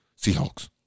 Seahawks